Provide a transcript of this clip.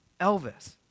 Elvis